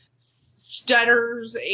stutters